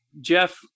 Jeff